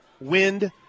wind